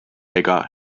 ega